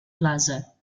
plaza